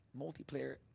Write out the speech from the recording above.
multiplayer